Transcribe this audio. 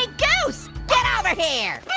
hey, goose, get over here.